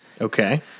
Okay